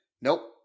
Nope